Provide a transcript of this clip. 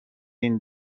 این